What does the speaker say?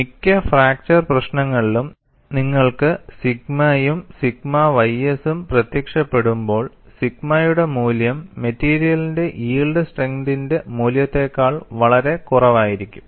മിക്ക ഫ്രാക്ച്ചർ പ്രശ്നങ്ങളിലും നിങ്ങൾക്ക് സിഗ്മയും സിഗ്മ ys സും പ്രത്യക്ഷപ്പെടുമ്പോൾ സിഗ്മയുടെ മൂല്യം മെറ്റീരിയലിന്റെ യിൽഡ് സ്ട്രെങ്തിന്റെ മൂല്യത്തേക്കാൾ വളരെ കുറവായിരിക്കും